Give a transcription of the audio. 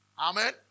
Amen